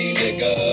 nigga